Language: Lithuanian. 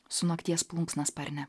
su nakties plunksna sparne